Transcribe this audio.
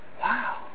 Wow